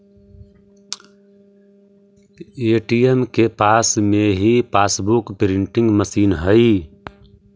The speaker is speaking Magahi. ए.टी.एम के पास में ही पासबुक प्रिंटिंग मशीन हई